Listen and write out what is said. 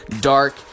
dark